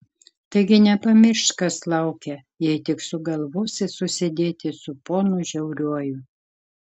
taigi nepamiršk kas laukia jei tik sugalvosi susidėti su ponu žiauriuoju